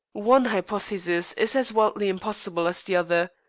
one hypothesis is as wildly impossible as the other.